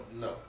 No